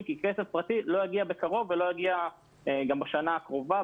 כי כסף פרטי לא יגיע בקרוב ולא יגיע גם בשנה הקרובה,